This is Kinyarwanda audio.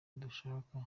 dushaka